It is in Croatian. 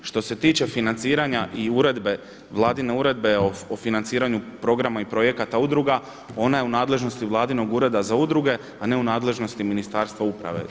Što se tiče financiranja i Vladine uredbe o financiranju programa i projekata udruga, ona je u nadležnosti Vladinog Ureda za udruge, a ne u nadležnosti Ministarstva uprave.